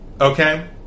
Okay